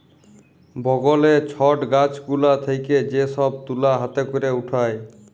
বগলে ছট গাছ গুলা থেক্যে যে সব তুলা হাতে ক্যরে উঠায়